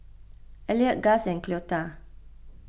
Elliott Guss and Cleola